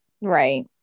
Right